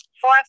four